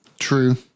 true